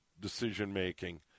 decision-making